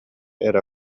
эрэ